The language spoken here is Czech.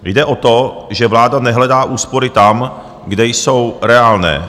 Jde o to, že vláda nehledá úspory tam, kde jsou reálné.